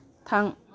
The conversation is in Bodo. थां